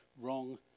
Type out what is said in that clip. wrong